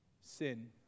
sin